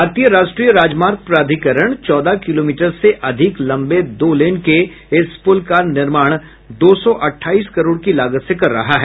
भारतीय राष्ट्रीय राजमार्ग प्राधिकरण चौदह किलोमीटर से अधिक लंबे दो लेन के इस पुल का निर्माण दो सौ अट्ठाईस करोड़ की लागत से कर रहा है